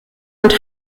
und